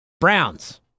Browns